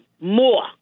more